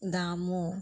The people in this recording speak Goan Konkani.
दामू